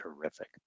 terrific